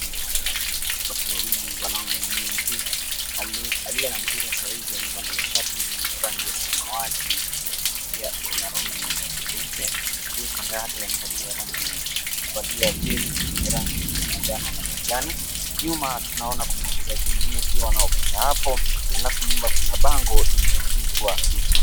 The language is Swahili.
Tunapata kuna watu wawili wanaong'ang'ania mpira. Aliye na mpira saa hizi amevalia shati lenye rangi ya samawati na pia iko na rangi nyeupe. Aliye kando yake amevalia jezi yenye rangi ya manjano na kijani. Nyuma tunaona kuna wachezaji wengine pia wanaopita hapo halafu nyuma kuna bango lililoandikwa betika.